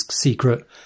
secret